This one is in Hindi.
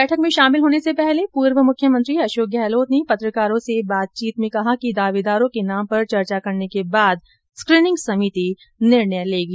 बैठक में शामिल होने से पहले पूर्व मुख्यमंत्री अशोक गहलोत ने पत्रकारों से बातचीत में कहा कि दावेदारों के नाम पर चर्चा करने के बाद स्क्रीनिंग समिति निर्णय लेगी